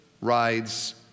rides